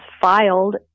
filed